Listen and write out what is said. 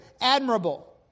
admirable